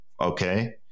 Okay